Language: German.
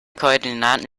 koordinaten